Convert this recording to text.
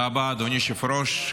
תודה רבה, אדוני היושב-ראש.